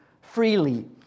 freely